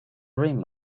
rim